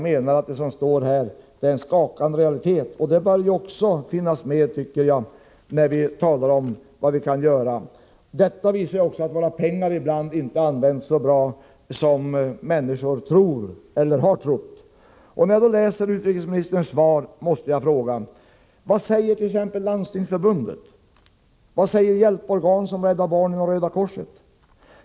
Det som står här är en skakande realitet, som också bör finnas med när vi talar om vad vi kan göra. Detta visar också att våra pengar ibland inte används så bra som människor har trott. När jag läser utrikesministerns svar, måste jag fråga: Vad säger t.ex. Landstingsförbundet? Vad säger hjälporgan som Rädda barnen och Röda korset?